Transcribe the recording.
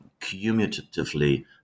cumulatively